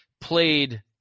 played